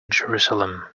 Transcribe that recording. jerusalem